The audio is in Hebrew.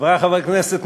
חברי חברי הכנסת,